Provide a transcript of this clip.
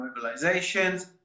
mobilizations